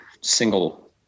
single